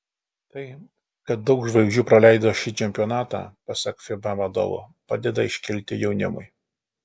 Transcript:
tai kad daug žvaigždžių praleido šį čempionatą pasak fiba vadovų padeda iškilti jaunimui